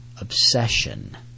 obsession